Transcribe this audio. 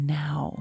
now